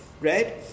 right